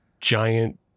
giant